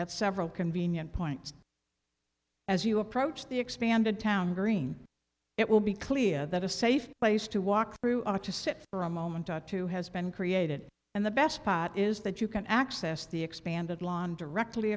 at several convenient points as you approach the expanded town green it will be clear that a safe place to walk through ought to sit for a moment or two has been created and the best pot is that you can access the expanded lawn directly